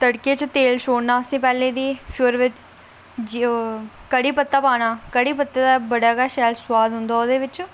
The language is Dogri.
तड़के च तेल छोड़ना पैहलें ते फ्ही ओहदे बिच कढ़ी पता पाना कढ़ी पत्ते दा बड़ा गै शैल सुआद औंदा ओह्दे बिच